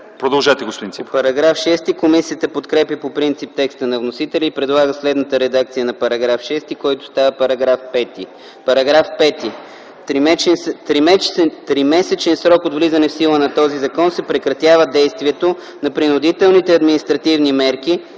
Продължете, господин Ципов.